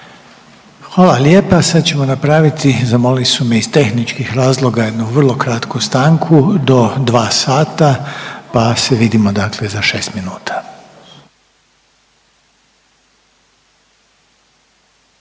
Hvala lijepa. Sad ćemo napraviti, zamolili su me ih tehničkih razloga, jednu vrlo kratku stanku do 2 sata, pa se vidimo dakle za 6 minuta.